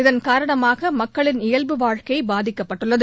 இதன்காரணமாக மக்களின் இயல்பு வாழ்க்கை பாதிக்கப்பட்டுள்ளது